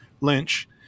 Lynch